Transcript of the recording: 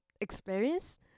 experience